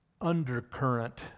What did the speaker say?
undercurrent